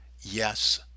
yes